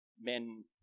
men